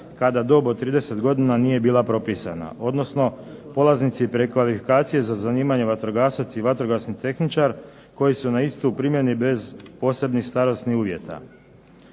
kada dob od 30 godina nije bila propisana, odnosno polaznici za prekvalifikacije za zanimanje vatrogasac i vatrogasni tehničar koji su na istoj primjeni bez posebnih starosnih uvjeta.